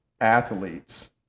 athletes